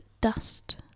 Dust